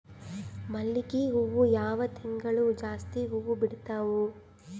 ಮಲ್ಲಿಗಿ ಹೂವು ಯಾವ ತಿಂಗಳು ಜಾಸ್ತಿ ಹೂವು ಬಿಡ್ತಾವು?